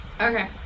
Okay